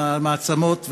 עם המעצמות,